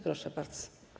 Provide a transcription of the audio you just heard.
Proszę bardzo.